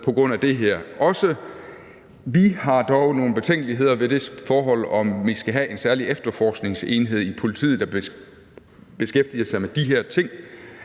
på grund af det her. Vi har dog nogle betænkeligheder ved det forhold, at vi skal have en særlig efterforskningsenhed i politiet, der beskæftiger sig med de her ting.